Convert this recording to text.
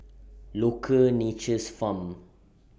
Loacker Nature's Farm